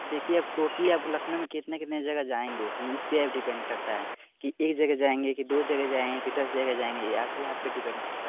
देखिए अब टोटली आपको लखनऊ में कितने कितने जगह जाएंगे इसपे आप डिपेंड करता है कि एक जगह जाएंगे कि दो जगह जाएंगे कि दस जगह जाएंगे ये आप ही आप पे डिपेंड करता है